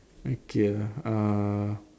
okay ah uh